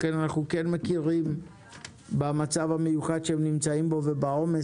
אנחנו מכירים במצב המיוחד שהם נמצאים בו ובעומס